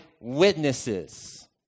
witnesses